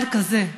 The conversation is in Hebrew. אבל כזה,